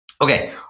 Okay